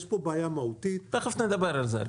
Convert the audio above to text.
יש פה בעיה מהותית -- תכף נדבר על זה.